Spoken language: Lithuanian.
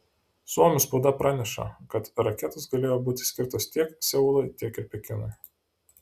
suomių spauda praneša kad raketos galėjo būti skirtos tiek seului tiek ir pekinui